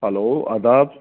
hello آداب